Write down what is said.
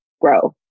grow